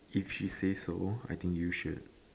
if she says so I think you should